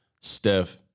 Steph